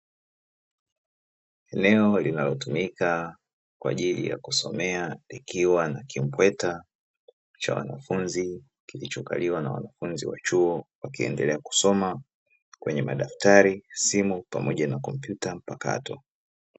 Eneo linalotumika kwa ajili ya kusomea likiwa na kimbweta cha wanafunzi, kilichokaliwa na wanafunzi wa chuo wakiendelea kusoma kwenye madaftari, simu pamoja na kompyuta mpakato.